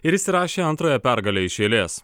ir įsirašė antrąją pergalę iš eilės